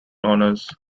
honours